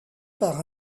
par